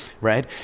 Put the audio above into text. right